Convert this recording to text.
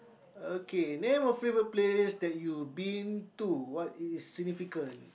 okay name a favorite place that you've been to what is significant